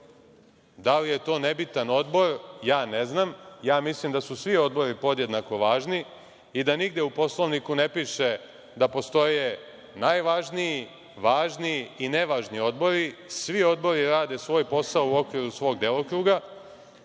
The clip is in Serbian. Da li je to nebitan odbor, ja ne znam. Ja mislim da su svi odbori podjednako važni i da nigde u Poslovniku ne piše da postoje najvažniji, važni i nevažni odbori. Svi odbori rade svoj posao u okviru svog delokruga.